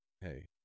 Hey